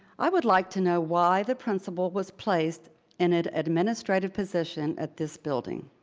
i would like to know why the principal was placed in an administrative position at this building.